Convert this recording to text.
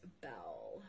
bell